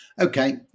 Okay